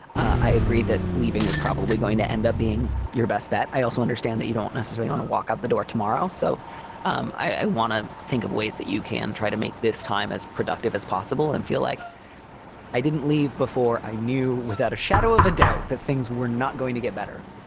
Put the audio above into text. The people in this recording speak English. i agree that leaving is probably going to end up being your best bet. i also understand that you don't necessarily want to walk out the door tomorrow. so um i want to think of ways that you can try to make this time as productive as possible and feel like i didn't leave before. i knew without a shadow of a doubt that things were not going to get better.